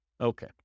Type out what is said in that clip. Okay